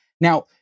Now